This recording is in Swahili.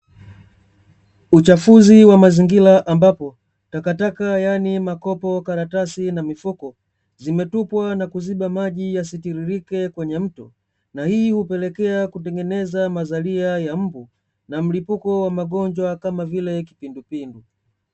Uchafuzi wa mazingira ambapo, takataka yaani makopo, karatasi na mifuko zimetupwa na kuziba maji yasitiririke kwenye mto. Na hii hupelekea kutengeneza mazalia ya mbu, na mlipuko wa magonjwa kama vile kipindupindu.